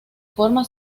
forma